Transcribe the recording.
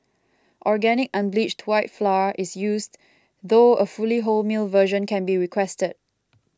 organic unbleached white flour is used though a fully wholemeal version can be requested